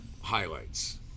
highlights